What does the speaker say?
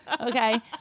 Okay